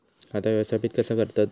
खाता व्यवस्थापित कसा करतत?